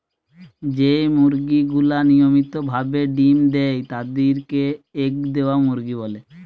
যেই মুরগি গুলা নিয়মিত ভাবে ডিম্ দেয় তাদির কে এগ দেওয়া মুরগি বলে